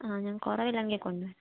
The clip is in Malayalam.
ആ ഞാൻ കുറവില്ലെങ്കിൽ കൊണ്ടുവരാം